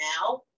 now